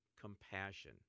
compassion